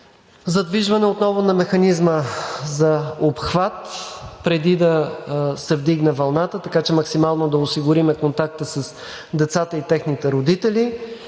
задвижване отново на Механизма за обхват преди да се вдигне вълната, така че максимално да осигурим контакта с децата и техните родители